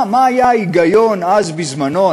מה היה ההיגיון אז בזמנו,